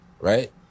right